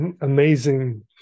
amazing